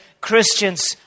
Christians